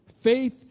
Faith